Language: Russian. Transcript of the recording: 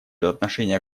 отношение